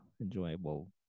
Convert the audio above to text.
enjoyable